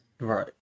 Right